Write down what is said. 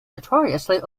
notoriously